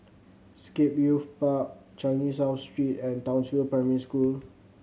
Scape Youth Park Changi South Street and Townsville Primary School